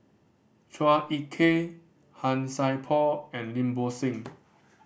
Chua Ek Kay Han Sai Por and Lim Bo Seng